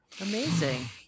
Amazing